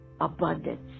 abundance